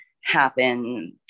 happen